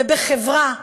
בחברה ובציבור,